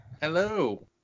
Hello